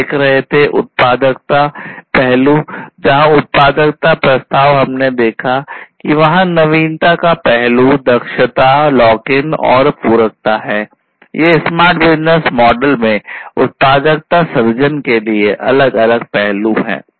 हम देख रहे थे उत्पादकता पहलू जहां उत्पादकता प्रस्ताव हमने देखा है कि वहाँ नवीनता का पहलू दक्षता लॉक इन और पूरकता है ये स्मार्ट बिजनेस मॉडल में उत्पादकता सृजन के अलग अलग पहलू हैं